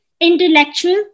intellectual